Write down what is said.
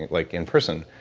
like in person.